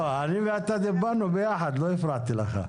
אני ואתה דיברנו ביחד, לא הפרעתי לך.